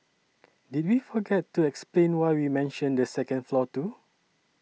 did we forget to explain why we mentioned the second floor too